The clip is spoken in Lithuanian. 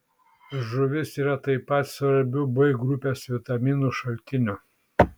žuvis yra taip pat svarbiu b grupės vitaminų šaltiniu